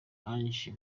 angela